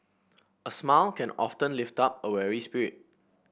a smile can often lift up a weary spirit